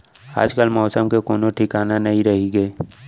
आजकाल मौसम के कोनों ठिकाना नइ रइगे